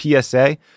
PSA